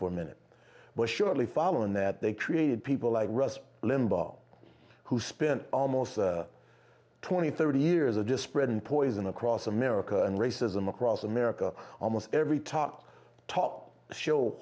a minute but surely following that they created people like rush limbaugh who spent almost twenty thirty years of just spreading poison across america and racism across america almost every talk talk show